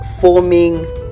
forming